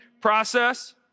process